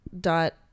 dot